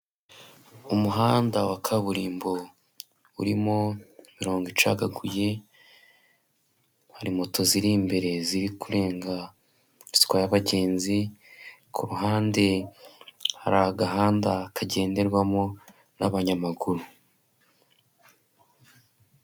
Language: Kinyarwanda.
Umuhanda wa kaburimbo urimo imirongo icagaguye, hari moto ziri imbere ziri kurenga zitwaye abagenzi, kuhande hari agahanda kagenderwamo n'abanyamaguru.